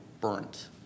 burnt